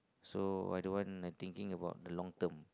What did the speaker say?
so I don't want like thinking about the long term